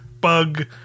bug